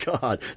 God